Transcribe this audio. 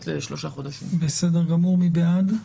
מי בעד?